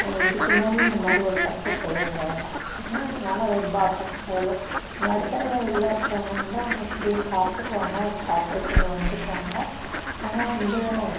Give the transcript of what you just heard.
இதுக்கு மேலே இந்த மாதிரி ஒரு தப்பை செய்ய வேண்டாம் ஏன்னால் இதனால் ரொம்ப அஃப்பெட் ஆகிறது இந்த நடுத்தர வயதில் இருக்கவங்க வந்து அவங்க எப்படியோ சாப்பிட்டுக்குவாங்க அதை டாக்கிள் பண்ணி வந்துக்குவாங்க ஆனால் வந்து